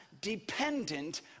dependent